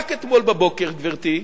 רק אתמול בבוקר, גברתי,